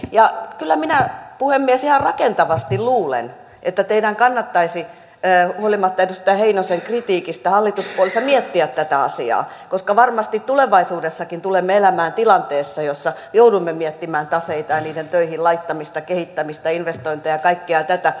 kyllä minä puhemies ihan rakentavasti luulen että teidän kannattaisi huolimatta edustaja heinosen kritiikistä hallituspuolueissa miettiä tätä asiaa koska varmasti tulevaisuudessakin tulemme elämään tilanteessa jossa joudumme miettimään taseita ja niiden töihin laittamista kehittämistä investointeja ja kaikkea tätä